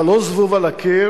אתה לא זבוב על הקיר,